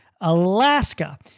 Alaska